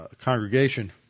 congregation